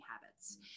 habits